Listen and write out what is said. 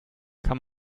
kann